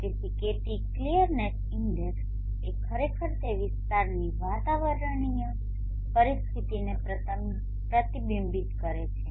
તેથી kt clearness index એ ખરેખર તે વિસ્તારની વાતાવરણીય પરિસ્થિતિઓને પ્રતિબિંબિત કરે છે